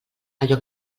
allò